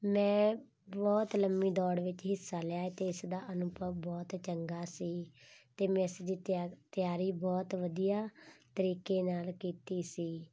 ਮੈਂ ਬਹੁਤ ਲੰਬੀ ਦੌੜ ਵਿੱਚ ਹਿੱਸਾ ਲਿਆ ਅਤੇ ਇਸਦਾ ਅਨੁਭਵ ਬਹੁਤ ਚੰਗਾ ਸੀ ਅਤੇ ਮੈਂ ਇਸ ਦੀ ਤਿਆ ਤਿਆਰੀ ਬਹੁਤ ਵਧੀਆ ਤਰੀਕੇ ਨਾਲ ਕੀਤੀ ਸੀ